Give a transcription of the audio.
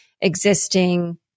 existing